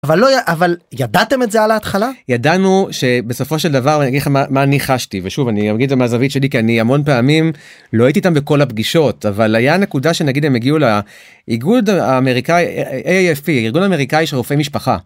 אבל לא, אבל ידעתם את זה על ההתחלה, ידענו שבסופו של דבר, אני יגיד לך מה אני חשתי, ושוב אני אגיד מהזווית שלי כי אני המון פעמים לא הייתי איתם בכל הפגישות, אבל היה נקודה שנגיד הם הגיעו לאיגוד האמריקאי AFE ארגון אמריקאי של רופאי משפחה.